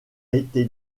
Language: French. été